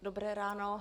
Dobré ráno.